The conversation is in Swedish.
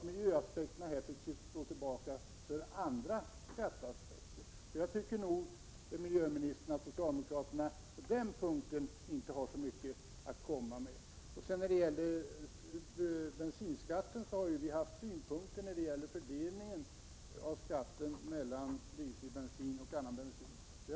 Miljöaspekterna fick alltså här stå tillbaka för skatteaspekter. Jag tycker nog att socialdemokraterna på den punkten inte har så mycket att komma med. Beträffande bensinskatten har vi haft synpunkter på fördelningen av skatten på blyfri bensin och annan bensin.